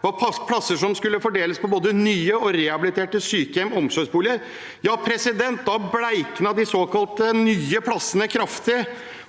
var plasser som skulle fordeles på både nye og rehabiliterte sykehjem og omsorgsboliger. Da bleknet de såkalt nye plassene kraftig,